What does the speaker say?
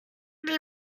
die